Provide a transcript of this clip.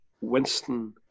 Winston